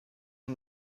nur